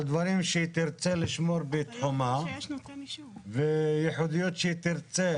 דברים שהיא תרצה לשמור בתחומה וייחודיות שתרצה